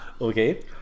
okay